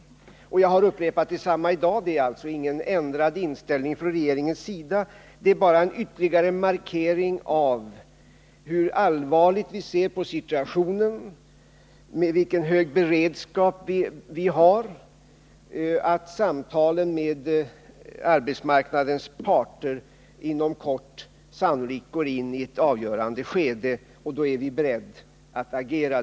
Jag har upprepat detsamma i dag. Det är alltså inte någon ändrad inställning från regeringens sida, bara en ytterligare markering av hur allvarligt vi ser på situationen och vilken hög beredskap vi har. Samtalen med arbetsmarknadens parter går inom kort sannolikt in i ett avgörande skede, och då är vi beredda att agera.